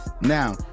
Now